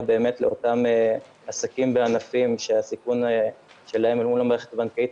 לאותם עסקים וענפים שהסיכון שלהם מול המערכת הבנקאית